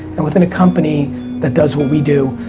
and within a company that does what we do,